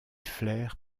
flair